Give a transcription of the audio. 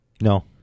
No